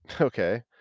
okay